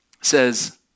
says